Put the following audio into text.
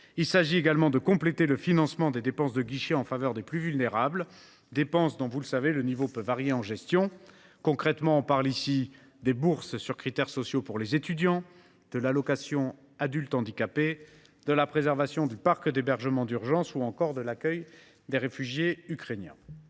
Il s’agit également de compléter le financement des dépenses de guichet en faveur des plus vulnérables, dépenses dont le niveau, vous le savez, peut varier en cours de gestion. Concrètement, il est ici question des bourses sur critères sociaux pour les étudiants, de l’allocation aux adultes handicapés, de la préservation du parc d’hébergement d’urgence ou encore de l’accueil des réfugiés ukrainiens.